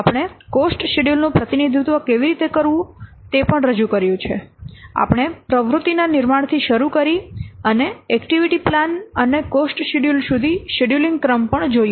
આપણે cost schedule નું પ્રતિનિધિત્વ કેવી રીતે કરવું તે પણ રજૂ કર્યું છે આપણે પ્રવૃત્તિના નિર્માણથી શરૂ કરી અને એક્ટિવિટી પ્લાન અને કોસ્ટ શેડ્યૂલ સુધી શેડ્યૂલિંગ ક્રમ પણ જોયો છે